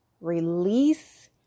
release